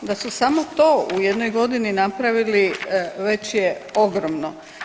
Da su samo to u jednoj godini napravili već je ogromno.